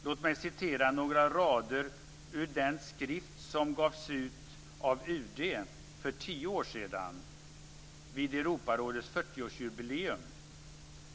Låt mig citera några rader ur den skrift som gavs ut av UD för tio år sedan vid Europarådets 40-årsjubileum.